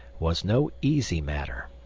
was no easy matter.